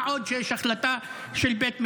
מה עוד שיש החלטה של בית משפט.